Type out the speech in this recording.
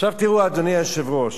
אדוני היושב-ראש,